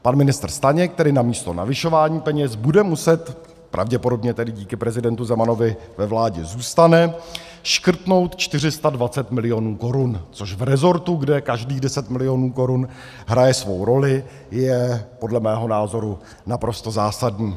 Pan ministr Staněk tedy namísto navyšování peněz bude muset, pravděpodobně tedy díky prezidentu Zemanovi ve vládě zůstane, škrtnout 420 milionů korun, což v rezortu, kde každých 10 milionů korun hraje svou roli, je podle mého názoru naprosto zásadní.